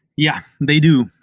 yeah, they do.